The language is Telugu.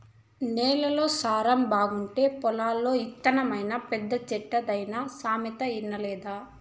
నేల సారం బాగుంటే పొల్లు ఇత్తనమైనా పెద్ద చెట్టైతాదన్న సామెత ఇనలేదా